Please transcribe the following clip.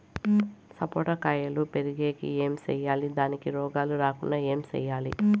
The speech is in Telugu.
సపోట కాయలు పెరిగేకి ఏమి సేయాలి దానికి రోగాలు రాకుండా ఏమి సేయాలి?